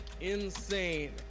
insane